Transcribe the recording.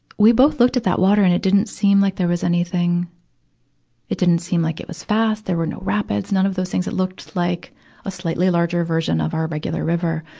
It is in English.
we both looked at that water and it didn't seem like there was anything it didn't seem like it was fast, there were no rapids, none of those things. it looked like a slightly larger version of our regular river.